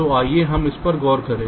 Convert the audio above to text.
तो आइए हम इस पर गौर करें